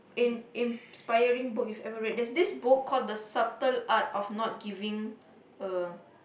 in~ in~ inspiring book you've ever read there's this book called the-subtle-art-of-not-giving-a